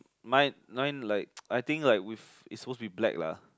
mine mine like I think like with it's supposed to be black lah